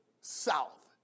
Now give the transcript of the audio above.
south